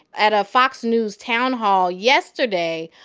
at a fox news town hall yesterday,